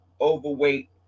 overweight